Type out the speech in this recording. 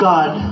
God